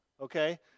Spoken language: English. okay